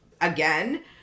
again